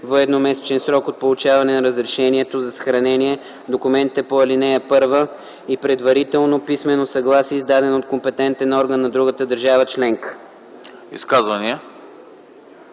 в едномесечен срок от получаване на разрешението за съхранение документите по ал. 1 и предварително писмено съгласие, издадено от компетентен орган на другата държава членка.”